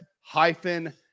hyphen